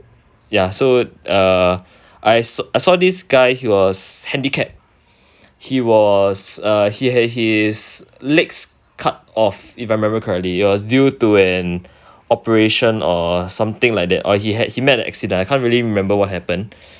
ya so uh I s~ I saw this guy he was handicapped he was uh he had his legs cut off if I remember correctly it was due to an operation or something like that or he had he met an accident I can't really remember what happened